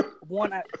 one